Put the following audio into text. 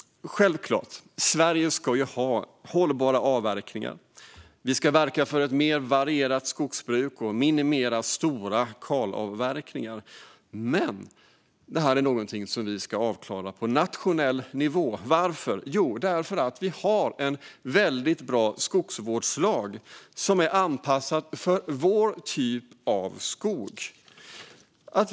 Självklart ska Sverige ha hållbara avverkningar, verka för ett mer varierat skogsbruk och minimera stora kalavverkningar. Men det här är någonting som vi ska klara av på nationell nivå. Varför? Jo, därför att vi har en väldigt bra skogsvårdslag som är anpassad till vår typ av skog.